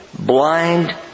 blind